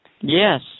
Yes